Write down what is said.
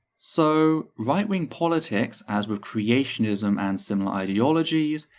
so, right wing politics, as with creationism and similar ideologies,